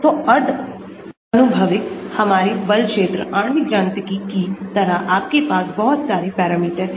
तो अर्ध आनुभविक हमारे बल क्षेत्र आणविक यांत्रिकी की तरह आपके पास बहुत सारे पैरामीटर हैं